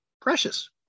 precious